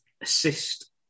assist